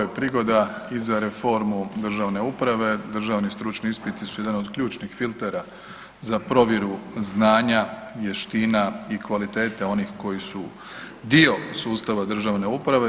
NPO je prigoda i za reformu državne uprave, državni stručni ispiti su jedan od ključnih filtera za provjeru znanja, vještina i kvalitete onih koji su dio sustava državne uprave.